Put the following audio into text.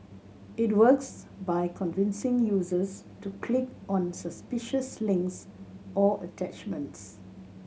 it works by convincing users to click on suspicious links or attachments